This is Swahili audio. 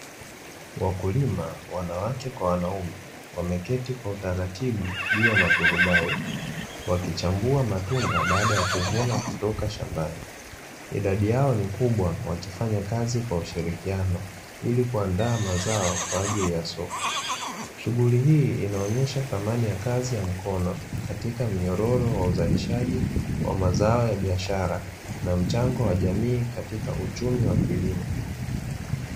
Wakulima wanawake kwa wanaume wameketi kwa utaratibu juu ya maturubali wakichagua matunda baada ya kuvuna kutoka shambani, idadi yao ni kubwa wakifanya kazi kwa ushirikiano ili kuandaa mazao kwa ajili ya soko. Shughuli hii inaonyesha thamani ya kazi ya mikono katika mnyororo wa uzalishajii wa mazao ya biashara na mchango wa jamii katika uchumi wa kilimo.